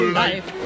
life